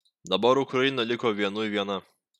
dabar ukraina liko vienui viena